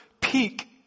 peak